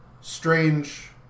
Strange